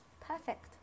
perfect